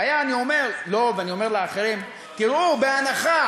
הבעיה, אני אומר לו ואני אומר לאחרים: תראו, בהנחה